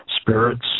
spirits